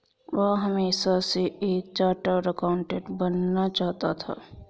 वह हमेशा से एक चार्टर्ड एकाउंटेंट बनना चाहता था